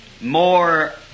more